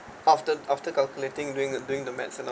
after after calculating doing doing the math and all